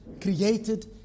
created